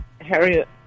Harriet